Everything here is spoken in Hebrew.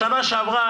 בשנה שעברה,